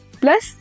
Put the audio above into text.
plus